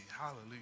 Hallelujah